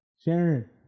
sharon